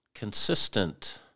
consistent